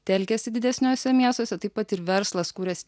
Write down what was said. telkiasi didesniuose miestuose taip pat ir verslas kuriasi